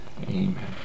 Amen